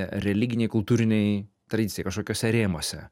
religinėj kultūrinėj tradicijai kažkokiuose rėmuose